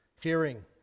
hearing